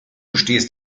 stehst